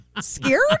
scared